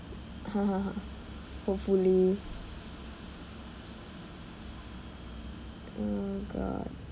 hopefully oh god